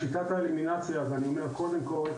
בשיטת האלימינציה ואני אומר: קודם כל,